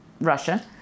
Russia